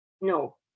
No